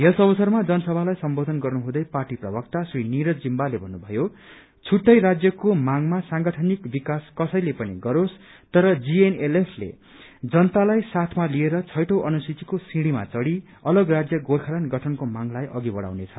यस अवसरमा जनसभालाई सम्बोधन गर्नुहुँदै पार्टी प्रवक्ता श्री निरज जिम्बाले भन्नुभयो छुट्टै राज्यको मागमा सांगठनिक विकास कसैले पनि गरोस तर जीएनएलएफ जनतालाई साथमा लिएर छैठौं अनुसूचिको सिढ़ीमा चढ़ी अलग राज्य गोर्खाल्याण्ड गठनको मागलाई अघि बढ़ाउने छ